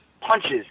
punches